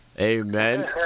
Amen